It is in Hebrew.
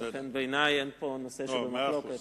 בעיני אין פה נושא של מחלוקת.